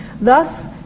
Thus